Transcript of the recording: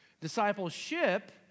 Discipleship